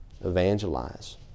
evangelize